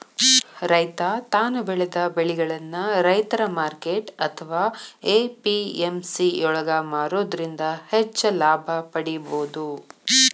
ರೈತ ತಾನು ಬೆಳೆದ ಬೆಳಿಗಳನ್ನ ರೈತರ ಮಾರ್ಕೆಟ್ ಅತ್ವಾ ಎ.ಪಿ.ಎಂ.ಸಿ ಯೊಳಗ ಮಾರೋದ್ರಿಂದ ಹೆಚ್ಚ ಲಾಭ ಪಡೇಬೋದು